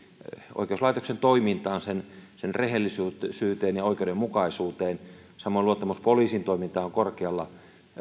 oikeuslaitoksen toimintaan sen sen rehellisyyteen ja oikeudenmukaisuuteen samoin luottamus poliisin toimintaan on korkealla